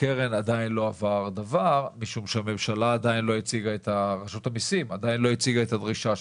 לקרן לא עבר דבר משום שרשות המסים עדיין לא הציגה את הדרישה שלה.